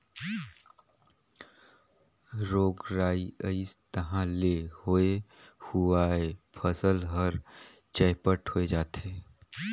रोग राई अइस तहां ले होए हुवाए फसल हर चैपट होए जाथे